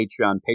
Patreon